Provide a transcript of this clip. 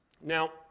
Now